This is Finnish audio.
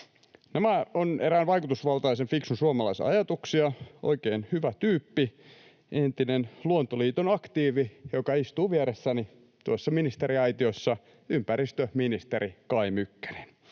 Nämä ovat erään vaikutusvaltaisen, fiksun suomalaisen ajatuksia. On oikein hyvä tyyppi, entinen Luontoliiton aktiivi, joka istuu vieressäni, tuossa ministeriaitiossa, ympäristöministeri Kai Mykkänen.